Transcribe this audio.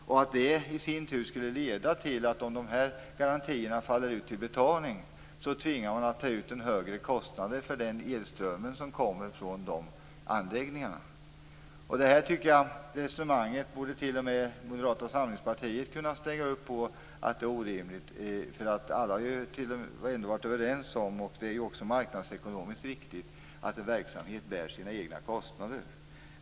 Det skulle i sin tur leda till att man, om de här garantierna faller ut till betalning, tvingas ta ut en högre kostnad för den elström som kommer från dessa anläggningar. Att det här resonemanget är orimligt tycker jag t.o.m. att Moderata samlingspartiet borde kunna ställa upp på. Alla har ju ändå varit överens om - och det är också marknadsekonomiskt riktigt - att en verksamhet skall bära sina egna kostnader.